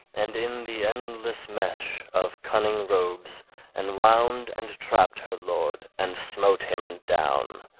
and in the endless mesh of cunning robes enwound and trapped her lord, and smote him down.